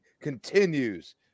continues